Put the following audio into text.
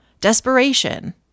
desperation